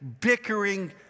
bickering